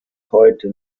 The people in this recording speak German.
heute